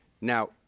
Now